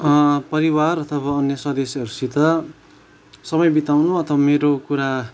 परिवार अथवा अन्य सदस्यसित समय बिताउनु अथवा मेरो कुरा